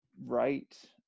right